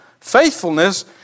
Faithfulness